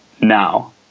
now